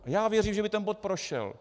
A já věřím, že by ten bod prošel.